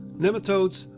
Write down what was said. nematodes,